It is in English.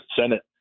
Senate